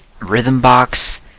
Rhythmbox